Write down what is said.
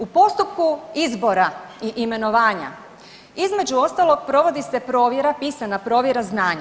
U postupku izbora i imenovanja između ostalog provodi se provjera, pisana provjera znanja.